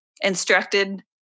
instructed